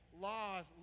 laws